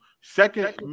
Second